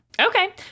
okay